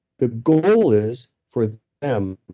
the goal is, for them